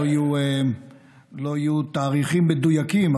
לא יהיו תאריכים מדויקים,